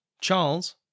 Charles